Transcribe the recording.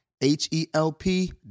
H-E-L-P